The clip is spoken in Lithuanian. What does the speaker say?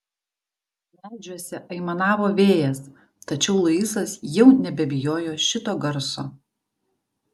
medžiuose aimanavo vėjas tačiau luisas jau nebebijojo šito garso